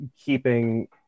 keeping